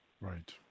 Right